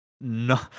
no